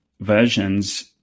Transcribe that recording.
versions